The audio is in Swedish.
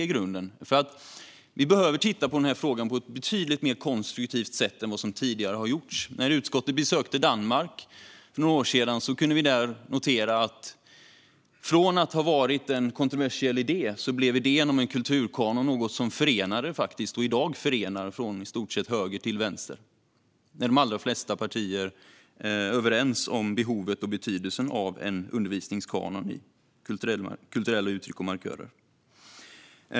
Vi behöver nämligen titta på denna fråga på ett betydligt mer konstruktivt sätt än vad som tidigare har gjorts. När utskottet besökte Danmark för några år sedan kunde vi notera att idén om en kulturkanon hade varit en kontroversiell idé. Men i dag är den något som faktiskt förenar partier från i stort sett höger till vänster. Nu är de allra flesta partier överens om behovet och betydelsen av en undervisningskanon i kulturella uttryck och markörer.